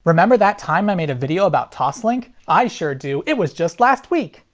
remember that time i made a video about toslink? i sure do, it was just last week!